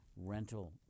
rental